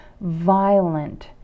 violent